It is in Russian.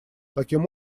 таким